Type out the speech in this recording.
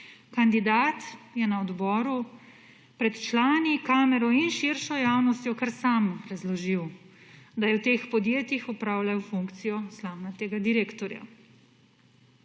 kandidat je na odboru pred člani, kamero in širšo javnostjo kar sam obrazložil, da je v teh podjetjih opravljal funkcijo slamnatega direktorja.